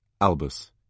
Albus